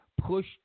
push